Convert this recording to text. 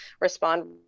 respond